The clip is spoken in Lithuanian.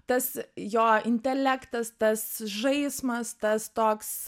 tas jo intelektas tas žaismas tas toks